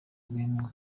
rwemewe